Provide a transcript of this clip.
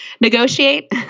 negotiate